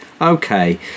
okay